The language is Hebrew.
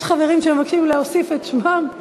יש חברים שמבקשים להוסיף את שמם ל-45.